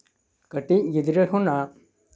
ᱠᱟᱹᱴᱤᱪ ᱜᱤᱫᱽᱨᱟᱹ ᱠᱷᱚᱱᱟᱜ